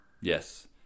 Yes